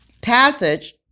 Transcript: passage